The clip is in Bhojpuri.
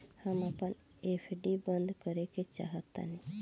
हम अपन एफ.डी बंद करेके चाहातानी